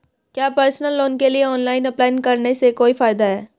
क्या personal loan के लिए ऑनलाइन अप्लाई करने से कोई फायदा है?